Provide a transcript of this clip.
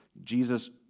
Jesus